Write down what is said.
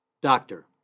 Doctor